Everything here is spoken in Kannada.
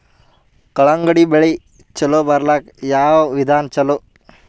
ಕಲ್ಲಂಗಡಿ ಬೆಳಿ ಚಲೋ ಬರಲಾಕ ಯಾವ ವಿಧಾನ ಚಲೋ?